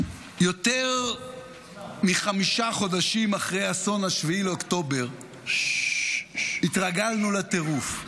יותר מחמישה חודשים אחרי אסון 7 באוקטובר התרגלנו לטירוף.